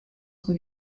son